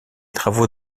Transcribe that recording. travaux